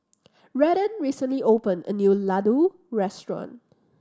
Redden recently opened a new Ladoo Restaurant